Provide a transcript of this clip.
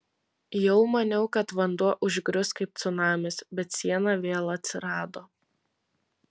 jau maniau kad vanduo užgrius kaip cunamis bet siena vėl atsirado